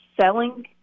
selling